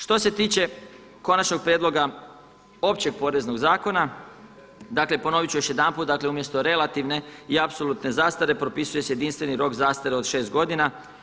Što se tiče konačnog prijedloga Općeg poreznog zakona, dakle ponovit ću još jedanput, umjesto relativne i apsolutne zastare propisuje se jedinstveni rok zastare od 6 godina.